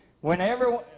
Whenever